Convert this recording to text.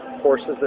horses